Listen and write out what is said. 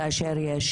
כאשר יש